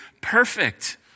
perfect